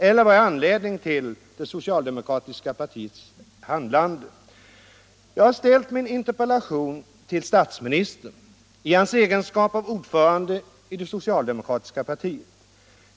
Eller vad är anledningen till det socialdemokratiska partiets handlande? Jag har ställt min interpellation till statsministern i hans egenskap av ordförande i det socialdemokratiska partiet.